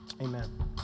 Amen